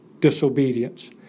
disobedience